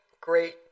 great